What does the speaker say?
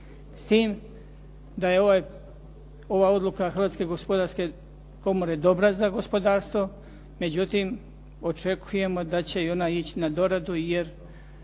s tim da je ova odluka Hrvatske gospodarske komore dobra za gospodarstvo, međutim, očekujemo da će i ona ići na doradu jer